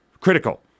critical